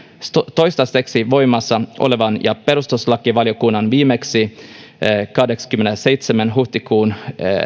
toistaiseksi voimassa olevan ja perustuslakivaliokunnan viimeksi kahdeskymmenesseitsemäs huhtikuuta